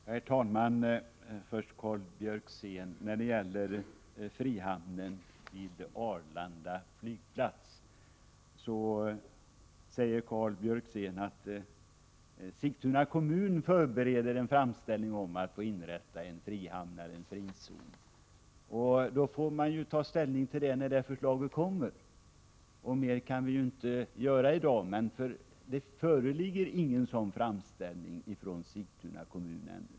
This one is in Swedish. Herr talman! När det gäller förslaget om en frihamn vid Arlanda flygplats säger Karl Björzén att Sigtuna kommun förbereder en framställning om att få inrätta en frihamn eller en frizon. Det förslaget får vi ta ställning till när det kommer. Det föreligger ännu ingen sådan framstälning från Sigtuna kommun.